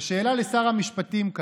ובסוף, כל הנושא של אכיפה צרכנית: